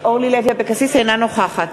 אינה נוכחת